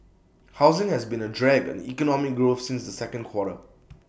housing has been A drag on economic growth since the second quarter